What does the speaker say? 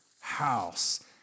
house